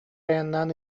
айаннаан